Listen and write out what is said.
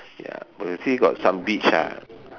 ya but you still got some beach ah